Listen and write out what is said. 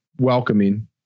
welcoming